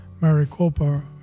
Maricopa